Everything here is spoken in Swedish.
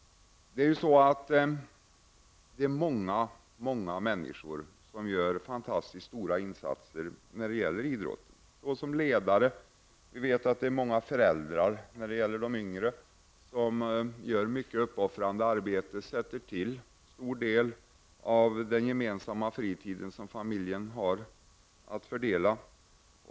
Det är många människor som gör fantastiskt stora insatser inom idrotten som ledare. Vi vet att det är många föräldrar som gör ett mycket uppoffrande arbete. De sätter till en stor del av den gemensamma fritid som familjen har att fördela.